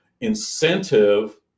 incentive